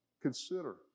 Consider